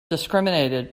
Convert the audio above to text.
discriminated